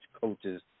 coaches